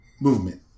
movement